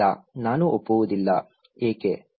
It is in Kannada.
ಇಲ್ಲ ನಾನು ಒಪ್ಪುವುದಿಲ್ಲ ಏಕೆ